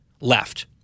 left